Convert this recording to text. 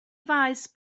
faes